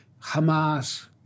Hamas